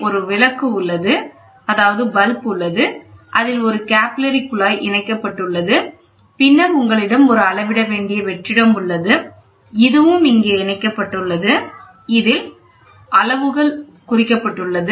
ஒரு விளக்கு உள்ளது அதில் ஒரு கேபில்லரி குழாய் இணைக்கப்பட்டுள்ளது பின்னர் உங்களிடம் ஒரு அளவிட வேண்டிய வெற்றிடம் உள்ளது இதுவும் இங்கே இணைக்கப்பட்டுள்ளது அதில் அளவுகள் குறிக்கப்பட்டுள்ளது